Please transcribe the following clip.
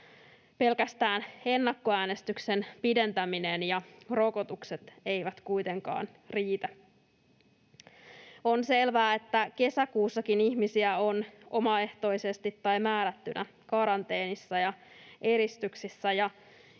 Pelkästään ennakkoäänestyksen pidentäminen ja rokotukset eivät kuitenkaan riitä. On selvää, että kesäkuussakin ihmisiä on omaehtoisesti tai määrättynä karanteenissa ja eristyksessä, ja